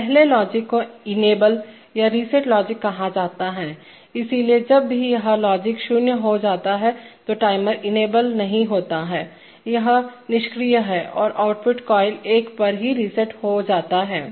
पहले लॉजिक को इनेबलसक्षम या रीसेट लॉजिक कहा जाता है इसलिए जब भी यह लॉजिक शून्य हो जाता है तो टाइमर इनेबल नहीं होता है यह निष्क्रिय है और आउटपुट कॉयल 1 पर रीसेट हो जाता है